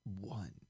one